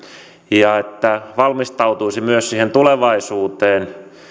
ja valmistautuisi myös tulevaisuuteen